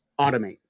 automate